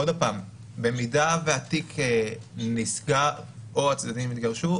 עוד פעם: אם התיק נסגר או הצדדים התגרשו,